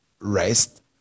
rest